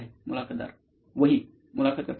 मुलाखतदार वही मुलाखत कर्ता वही